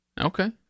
Okay